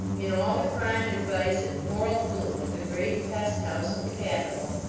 in all the crime and vice and moral gloom of the great pest-house of the capital,